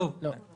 אתה לא טועה.